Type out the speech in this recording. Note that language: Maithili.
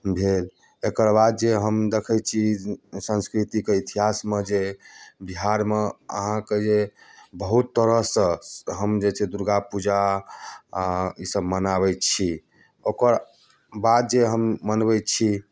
भेल एकर बाद जे हम देखै छी सांस्कृतिक इतिहासमे जे बिहारमे अहाँके जे बहुत तरहसँ हम जे छै दुर्गा पूजा आ ईसभ मनाबै छी ओकर बाद जे हम मनबै छी